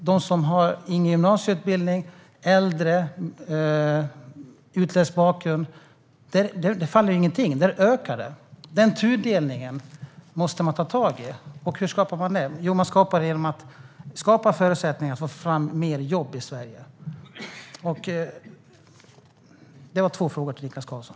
För dem utan gymnasieutbildning, för de äldre och för dem med utländsk bakgrund faller ingenting, utan där ökar arbetslösheten. Den tudelningen måste man ta tag i. Hur gör man då det? Jo, det gör man genom att skapa förutsättningar för att få fram mer jobb i Sverige. Det var två frågor till Niklas Karlsson.